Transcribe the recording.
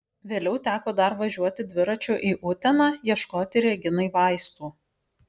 vėliau teko dar važiuoti dviračiu į uteną ieškoti reginai vaistų